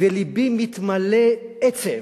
ולבי מתמלא עצב.